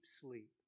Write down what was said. sleep